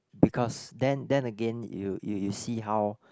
because then then again you you you see how